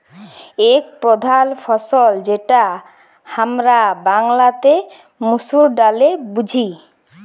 এক প্রধাল ফসল যেটা হামরা বাংলাতে মসুর ডালে বুঝি